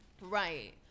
Right